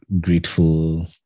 grateful